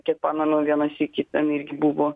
kiek pamenu vieną sykį ten irgi buvo